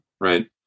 Right